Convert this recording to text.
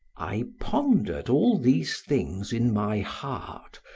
i pondered all these things in my heart,